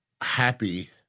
happy